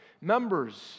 members